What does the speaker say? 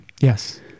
Yes